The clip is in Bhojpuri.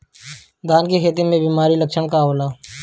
धान के खेती में बिमारी का लक्षण का होला?